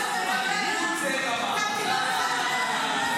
זה רמה?